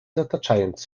zataczając